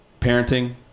parenting